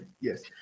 Yes